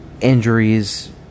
injuries